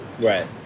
right